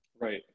Right